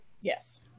yes